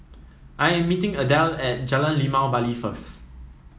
I am meeting Adele at Jalan Limau Bali first